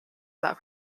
about